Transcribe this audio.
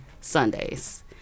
Sundays